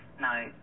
no